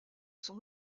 sont